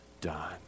done